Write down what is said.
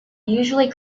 usually